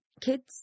Kids